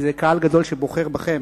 כי זה קהל גדול שבוחר בכם,